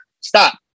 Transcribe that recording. Stop